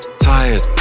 Tired